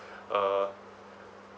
uh